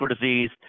disease